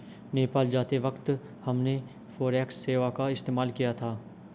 नेपाल जाते वक्त हमने फॉरेक्स सेवा का इस्तेमाल किया था